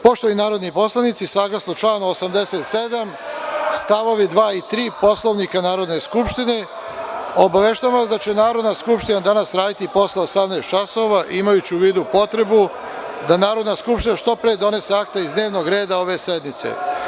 Poštovani narodni poslanici, saglasno članu 87. st. 2. i 3. Poslovnika Narodne skupštine, obaveštavam vas da će Narodna skupština danas raditi i posle 18,00 časova, imajući u vidu potrebu da Narodna skupština što pre donese akte iz dnevnog reda ove sednice.